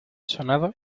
sonado